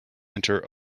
enter